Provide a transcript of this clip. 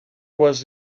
was